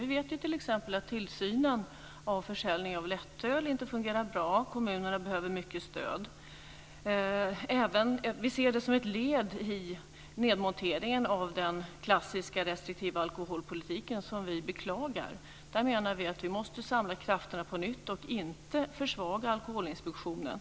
Vi vet ju t.ex. att tillsynen av försäljning av lättöl inte fungerar bra. Kommunerna behöver mycket stöd. Vi ser det här som ett led i nedmonteringen av den klassiska restriktiva alkoholpolitiken, som vi beklagar. Vi menar att vi måste samla krafterna på nytt och inte försvaga Alkoholinspektionen.